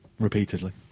Repeatedly